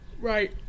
Right